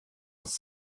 was